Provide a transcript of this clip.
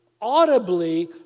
audibly